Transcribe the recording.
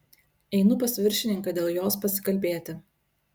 einu pas viršininką dėl jos pasikalbėti